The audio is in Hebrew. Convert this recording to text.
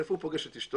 איפה הוא פוגש את אשתו?